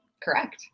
correct